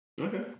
okay